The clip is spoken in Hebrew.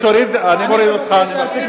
ומעל לכול, אני מצטט,